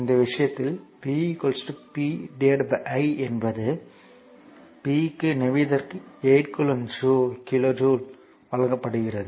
இந்த விஷயத்தில் v p i என்பது p க்கு நிமிடத்திற்கு 8 கிலோ ஜூல் வழங்கப்படுகிறது